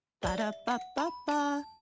Ba-da-ba-ba-ba